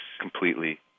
completely